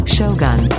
Shogun